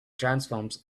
transforms